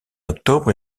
octobre